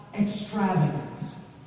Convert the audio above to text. extravagance